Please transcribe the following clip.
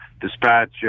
dispatch